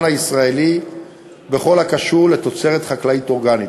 הישראלי בכל הקשור לתוצרת חקלאית אורגנית.